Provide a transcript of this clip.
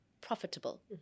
profitable